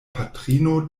patrino